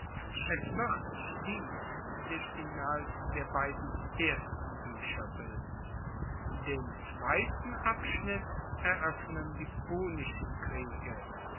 es wird dies den inhalt der beiden ersten buecher bilden den zweiten abschnitt eroeffnen die punischen kriege